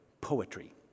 poetry